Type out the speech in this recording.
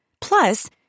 plus